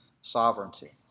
sovereignty